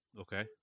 Okay